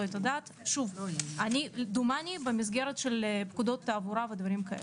את הדעת במסגרת פקודות תעבורה ודברים כאלה.